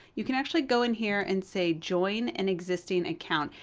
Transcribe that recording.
you can actually go in here and say join an existing account,